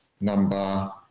number